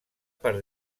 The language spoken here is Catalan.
per